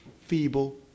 feeble